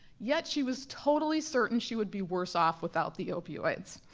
yet she was totally certain she would be worse off without the opioids.